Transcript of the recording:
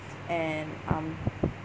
and um